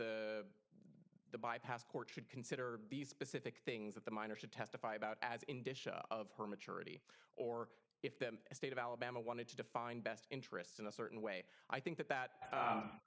that the bypass court should consider these specific things that the minors should testify about as in disha of her maturity or if the state of alabama wanted to define best interests in a certain way i think that that